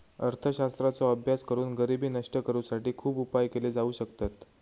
अर्थशास्त्राचो अभ्यास करून गरिबी नष्ट करुसाठी खुप उपाय केले जाउ शकतत